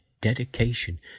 dedication